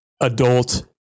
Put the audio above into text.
adult